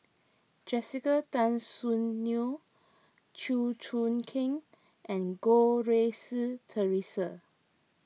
Jessica Tan Soon Neo Chew Choo Keng and Goh Rui Si theresa